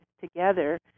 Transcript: together